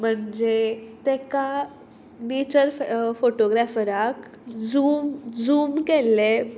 म्हणजे ताका नेचर फे फोटोग्रॅफराक झूम झूम केल्ले